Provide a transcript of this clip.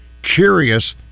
Curious